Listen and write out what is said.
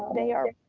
they are,